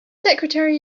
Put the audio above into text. secretary